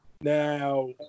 now